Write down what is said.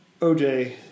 OJ